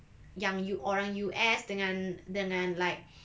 yang U orang U_S dengan dengan like